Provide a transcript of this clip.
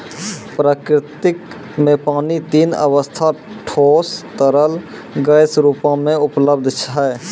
प्रकृति म पानी तीन अबस्था ठोस, तरल, गैस रूपो म उपलब्ध छै